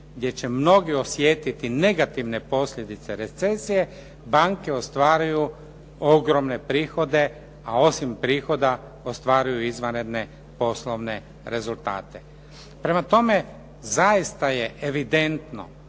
gdje će mnogi osjetiti negativne posljedice recesije banke ostvaruju ogromne prihode, a osim prihoda ostvaruju izvanredne poslovne rezultate. Prema tome, zaista je evidentno